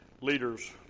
Leaders